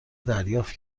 دریافت